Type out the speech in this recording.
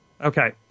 Okay